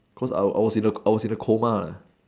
cause I I was in A_I was in a coma